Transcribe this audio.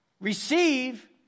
receive